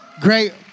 great